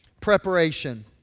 preparation